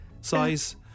size